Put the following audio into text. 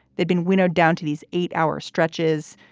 they'd been winnowed down to these eight hour stretches,